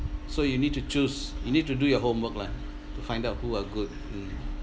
so you need to choose you need to do your homework lah to find out who are good mm